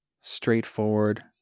straightforward